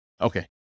Okay